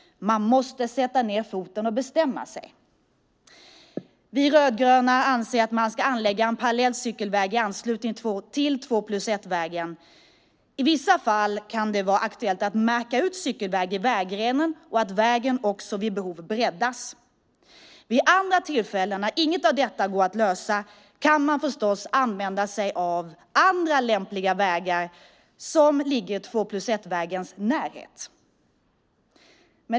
Man måste sätta ned foten och bestämma sig. Vi rödgröna anser att man ska anlägga en parallell cykelväg i anslutning till två-plus-ett-vägen. I vissa fall kan det vara aktuellt att märka ut cykelväg i vägrenen och att vägen också vid behov breddas. Vid de tillfällen när inget av detta går att lösa kan man förstås använda sig av andra lämpliga vägar som ligger i två-plus-ett-vägens närhet.